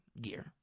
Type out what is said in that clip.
gear